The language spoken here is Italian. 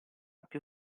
più